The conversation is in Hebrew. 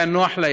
היה נוח להם.